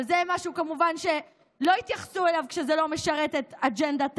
אבל זה כמובן משהו שלא יתייחסו אליו כשזה לא משרת את אג'נדת-העל.